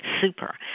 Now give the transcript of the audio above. Super